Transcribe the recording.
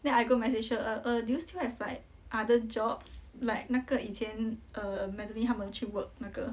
then I go message her err err do you still have like other jobs like 那个以前 err melody 他们去 work 那个